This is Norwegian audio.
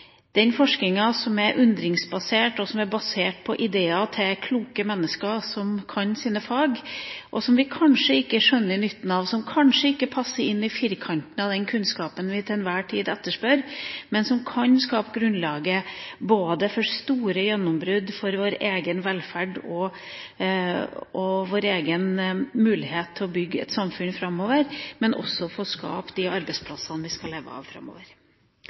den forskninga som er undringsbasert, og som er basert på ideer hos kloke mennesker som kan sine fag, som vi kanskje ikke skjønner nytten av, og som kanskje ikke passer inn i firkanten av den kunnskapen vi til enhver tid etterspør, men som kan skape grunnlaget for store gjennombrudd for vår egen velferd og vår egen mulighet til å bygge et samfunn framover, og for å skape arbeidsplassene vi skal leve av framover.